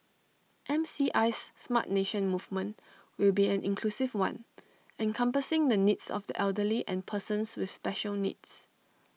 M C I's Smart Nation movement will be an inclusive one encompassing the needs of the elderly and persons with special needs